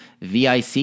VIC